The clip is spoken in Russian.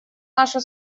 нашу